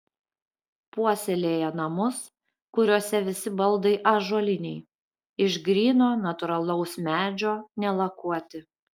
puoselėja namus kuriuose visi baldai ąžuoliniai iš gryno natūralaus medžio nelakuoti